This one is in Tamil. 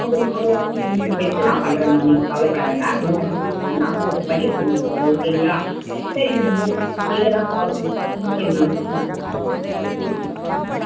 அதை நான் ரெஸ்பான்சிபிலிட்டி எடுத்து நான் பண்ணுறேன் மேம் நீங்கள் கவலைப்பட வேண்டாம் நான் எல்லா டீச்சர்ஸ்சுக்கும் நான் ஃபார்வேர்ட் பண்ணி பண்ணிக்கிறேன் ஓகேங்களா சரிங்க மேம் ஓகே மேம் இதை கேட்குதான் கால் பண்ணிணேன் okay ma'am hmm ma'am okay ma'am